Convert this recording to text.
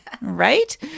Right